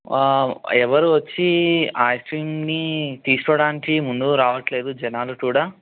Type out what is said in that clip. ఎవరు వచ్చి ఆ ఐస్ క్రీమ్ని తీసుకోవడానికి ముందుకు రావట్లేదు జనాలు కూడా